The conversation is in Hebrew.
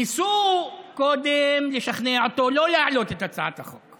ניסו קודם לשכנע אותו לא להעלות את הצעת החוק.